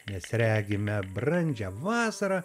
nes regime brandžią vasarą